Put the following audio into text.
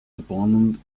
abandoned